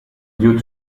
due